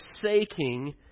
forsaking